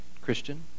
Christian